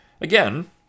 again